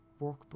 workbook